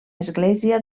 església